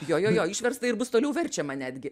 jo jo jo išversta ir bus toliau verčiama netgi